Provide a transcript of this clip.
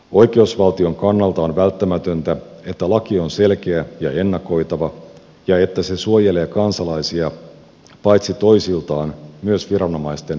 oikeusvaltion kannalta on välttämätöntä että laki on selkeä ja ennakoitava ja että se suojelee kansalaisia paitsi toisiltaan myös viranomaisten mielivallalta